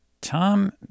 Tom